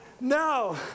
no